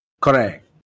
Correct